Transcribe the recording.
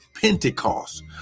Pentecost